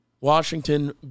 Washington